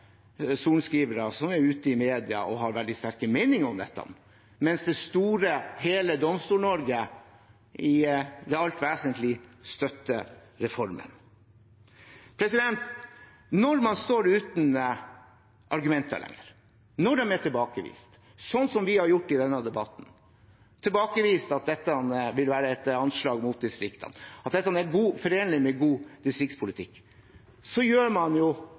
som er ute i media og har veldig sterke meninger om dette, mens det store, hele Domstol-Norge i det alt vesentlige støtter reformen. Når man står uten argumenter, når de er tilbakevist, sånn som vi har gjort i denne debatten – tilbakevist at dette vil være et anslag mot distriktene, men er forenlig med god distriktspolitikk – gjør man